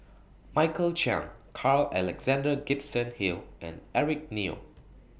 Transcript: Michael Chiang Carl Alexander Gibson Hill and Eric Neo